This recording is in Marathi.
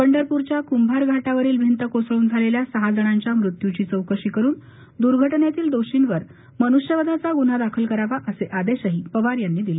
पंढरपूरच्या कुंभार घा विरील भिंत कोसळून झालेल्या सहा जणांच्या मृत्यूची चौकशी करुन दूर्घ जतील दोषींवर मनुष्यवधाचा गुन्हा दाखल करावा असे आदेश अजित पवार यांनी दिले